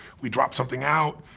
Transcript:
we drop something out,